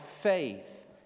faith